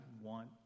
want